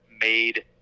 made